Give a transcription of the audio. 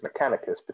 Mechanicus